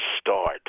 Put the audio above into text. start